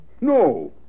No